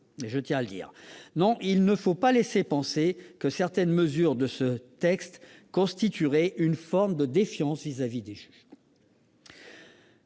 et les caricatures. Non, il ne faut pas laisser penser que certaines mesures de ce texte constitueraient une forme de défiance vis-à-vis des juges.